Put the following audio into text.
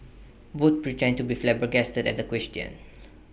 both pretend to be flabbergasted at the question